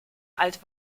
alt